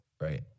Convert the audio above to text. right